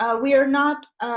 ah we are not.